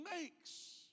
makes